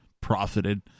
profited